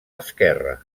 esquerra